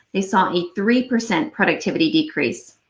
they saw a three per cent productivity decrease.